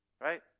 Right